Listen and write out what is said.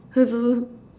I don't know